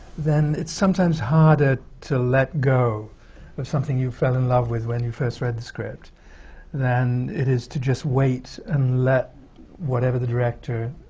then it's sometimes harder to let go of something you fell in love with when you first read the script than it is to just wait and let whatever the director